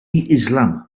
islam